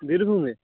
বীরভূমে